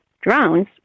drones